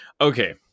Okay